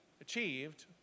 achieved